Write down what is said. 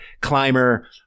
climber